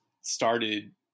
started